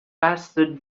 faster